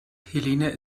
helene